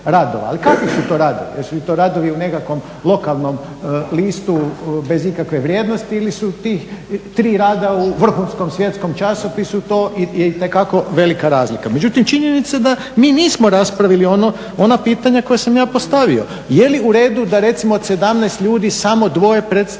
Ali kakvi su to radovi? Jesu li to radovi u nekakvom lokalnom listu bez ikakve vrijednosti ili su ti tri rada u vrhunskom svjetskom časopisu to je itekako velika razlika. Međutim, činjenica je da mi nismo raspravili ona pitanja koja sam ja postavio. Je li u redu da recimo od 17 ljudi samo dvoje predstavlja